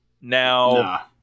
Now